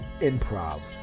Improv